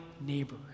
neighbor